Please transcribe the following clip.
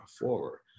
forward